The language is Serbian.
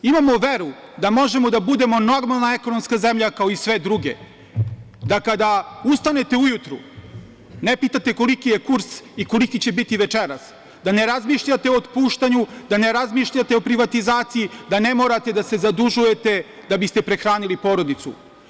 Imamo veru da možemo da budemo normalna ekonomska zemlja, kao i sve druge, da kada ustanete ujutru ne pitate koliki je kurs i koliki će biti večeras, da ne razmišljate o otpuštanju, da ne razmišljate o privatizaciji, da ne morate da se zadužujete da biste prehranili porodicu.